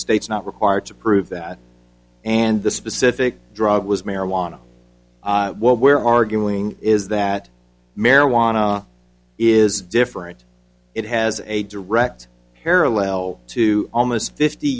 states not required to prove that and the specific drug was marijuana what we're arguing is that marijuana is different it has a direct parallel to almost fifty